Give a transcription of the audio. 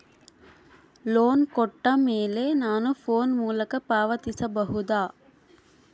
Loan ಕೊಟ್ಟ ಮೇಲೆ ನಾನು ಫೋನ್ ಮೂಲಕ ಪಾವತಿಸಬಹುದಾ?